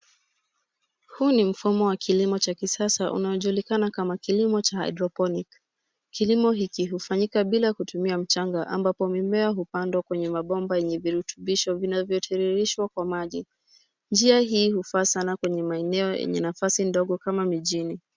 Huu ni mfumo wa kilimo cha kisasa unaojulikana kama kilimo cha hydrophonic .Kilimo hiki hufanyika bila kutumia mchanga ambapo mimea hupandwa kwenye mabomba yenye virutubisho vinavyotiririshwa kwa maji. Njia hii hufaa sana kwenye maeneo yenye nafasi ndogo kama mijini.